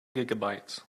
gigabytes